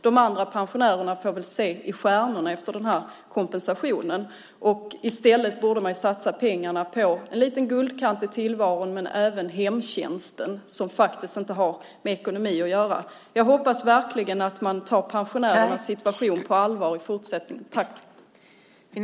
De andra pensionärerna får väl se i stjärnorna efter den här kompensationen. I stället borde man satsa pengarna på en liten guldkant i tillvaron men även på hemtjänsten, som faktiskt inte har med ekonomi att göra. Jag hoppas verkligen att man tar pensionärernas situation på allvar i fortsättningen.